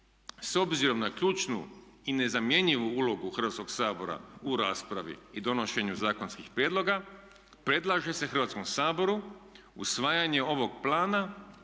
S obzirom na ključnu i nezamjenjivu ulogu Hrvatskog sabora u raspravi i donošenju zakonskih prijedloga predlaže se Hrvatskom saboru usvajanje ovog plana